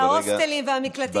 על ההוסטלים והמקלטים.